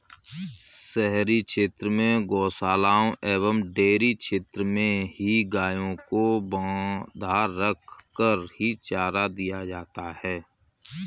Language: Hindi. शहरी क्षेत्र में गोशालाओं एवं डेयरी क्षेत्र में ही गायों को बँधा रखकर ही चारा दिया जाता है